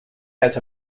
has